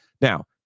now